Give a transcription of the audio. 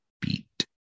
beat